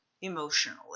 emotionally